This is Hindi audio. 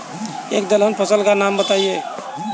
एक दलहन फसल का नाम बताइये